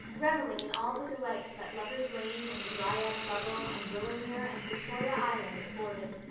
reveling in all the delights that lover's lane and the dryad's bubble and willowmere and victoria island afforded.